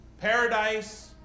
Paradise